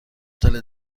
هتل